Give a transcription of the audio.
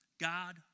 God